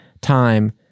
time